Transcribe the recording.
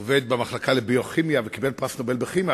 עובד במחלקה לביוכימיה וקיבל פרס נובל בכימיה,